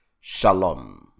Shalom